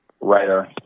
writer